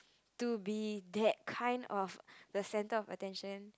to be that kind of the center of attention